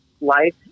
life